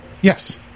Yes